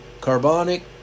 carbonic